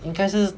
应该是